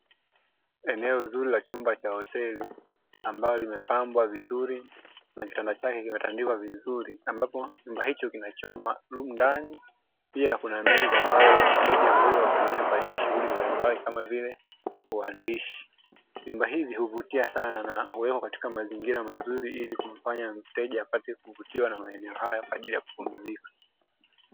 Eneo zuri la chumba cha hoteli ambalo lime pambwa vizuri, na kitanda chake kime tandikwa vizuri ambapo chumba hicho kina choo maalumu ndani, pia kuna meza ambayo mteja huweza kutumia kwa ajili ya shughuli mbali mbali kama vile uandishi, vyumba hivi huvutia sana na huwekwa katika mazingira mazuri ili kumfanya mteja apate kuvutiwa na maeneo haya kwa ajili ya kupumzika.